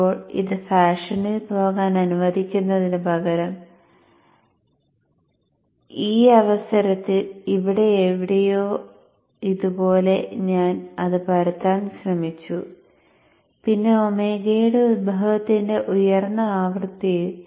അപ്പോൾ ഇത് ഫാഷനിൽ പോകാൻ അനുവദിക്കുന്നതിന് പകരം ഈ അവസരത്തിൽ എവിടെയോ ഇതുപോലെ ഞാൻ അത് പരത്താൻ ശ്രമിച്ചു പിന്നെ ഒമേഗയുടെ ഉത്ഭവത്തിന്റെ ഉയർന്ന ആവൃത്തിയിൽ